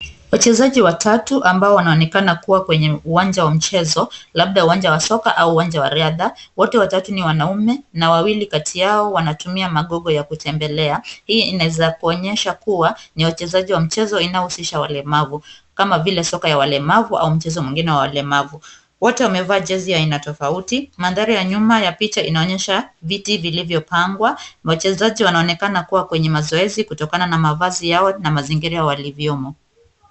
Wachezaji watatu ambao wanaonekana kuwa kwenye uwanja wa mchezo labda uwanja wa soka au uwanja wa riadha. Wote watatu ni wanaume na wawili kati yao wanatumia magongo ya kutembelea. Hii inawezakuonyesha kuwa ni wachezaji wa mchezo inayohusisha walemavu kama vile soka ya walemavu au mchezo mwingine wa walemavu. Wote wamevaa jezi ya aina tofauti. Mandhari ya nyuma ya picha inaonyesha viti vilivyopangwa. Wachezaji wanaonekana kuwa kwenye mazoezi kulingana na mavazi yao na mazingira walivyomo.